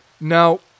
Now